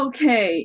Okay